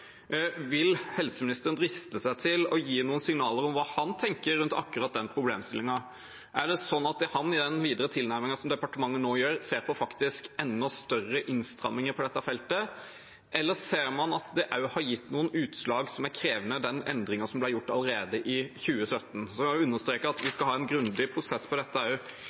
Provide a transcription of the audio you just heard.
Vil helseministeren driste seg til å gi noen signaler om hva han tenker rundt akkurat den problemstillingen? Er det sånn at han i den videre tilnærmingen som departementet nå gjør, ser på enda større innstramminger på dette feltet, eller ser man at den endringen som allerede ble gjort i 2017, også har gitt noen utslag som er krevende? Jeg vil understreke at vi skal ha en grundig prosess på dette